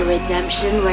Redemption